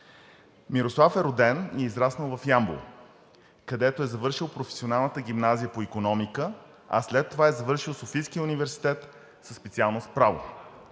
Мирослав е роден и израснал в Ямбол, където е завършил Професионалната гимназия по икономика, а след това е завършил Софийския университет със специалност „Право“.